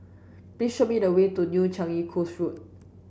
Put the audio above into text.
please show me the way to New Changi Coast Road